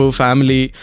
family